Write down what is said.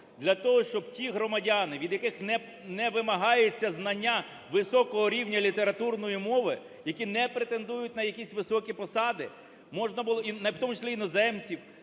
для того, щоб ті громадяни, від яких не вимагається знання високого рівня літературної мови, які не претендують на якісь високі посади, в тому числі іноземців,